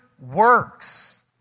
works